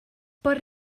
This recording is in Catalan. per